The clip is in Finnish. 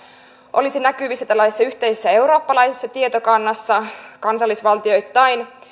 olisivat näkyvissä tällaisessa yhteisessä eurooppalaisessa tietokannassa kansallisvaltioittain